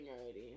already